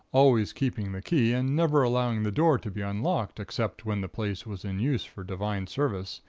always keeping the key and never allowing the door to be unlocked except when the place was in use for divine service,